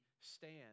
stand